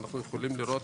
אנחנו יכולים לראות